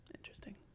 Interesting